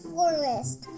Forest